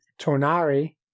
Tornari